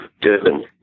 Durban